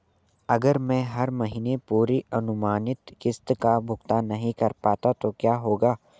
अगर मैं हर महीने पूरी अनुमानित किश्त का भुगतान नहीं कर पाता तो क्या होगा?